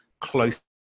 close